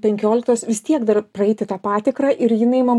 penkioliktos vis tiek dar praeiti tą patikrą ir jinai man